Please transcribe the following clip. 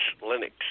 Linux